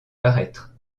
paraître